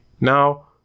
Now